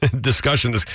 discussion